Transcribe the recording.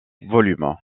volume